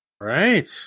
Right